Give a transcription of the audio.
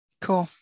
Cool